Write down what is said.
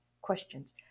questions